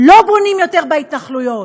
לא בונים יותר בהתנחלויות,